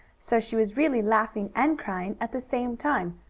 so she was really laughing and crying at the same time,